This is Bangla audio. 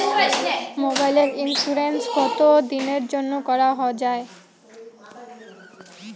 মোবাইলের ইন্সুরেন্স কতো দিনের জন্যে করা য়ায়?